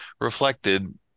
reflected